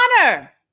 honor